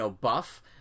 buff